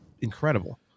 incredible